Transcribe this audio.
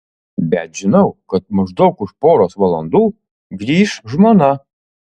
bet žinau kad maždaug už poros valandų grįš žmona